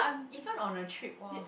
even on a trip !woah!